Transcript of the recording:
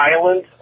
Island